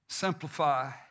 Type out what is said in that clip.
Simplify